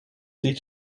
sieht